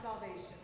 salvation